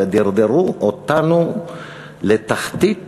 ודרדרו אותנו לתחתית